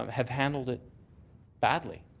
um have handled it badly.